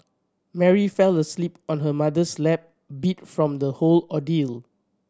Mary fell asleep on her mother's lap beat from the whole ordeal